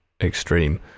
extreme